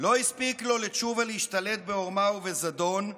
לא הספיק לו לתשובה להשתלט בעורמה ובזדון,